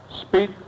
speak